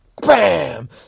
bam